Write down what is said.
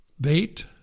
bait